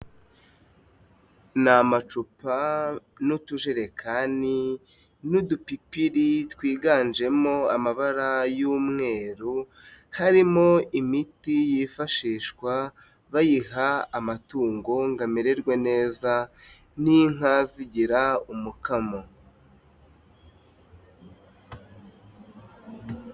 Ni amacupa n'utujerekani n'udupipiri twiganjemo amabara y'umweru, harimo imiti yifashishwa bayiha amatungo ngo amererwe neza n'inka zigira umukamo.